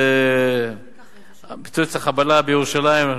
פיצוץ החבלה בירושלים,